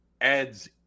adds